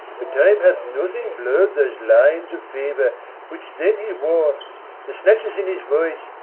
but time hath nothing blurr'd those lines of favour which then he wore the snatches in his voice,